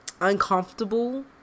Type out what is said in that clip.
uncomfortable